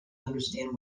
understand